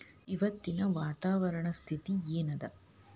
ಇವತ್ತಿನ ವಾತಾವರಣ ಸ್ಥಿತಿ ಏನ್ ಅದ?